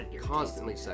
constantly